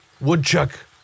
Woodchuck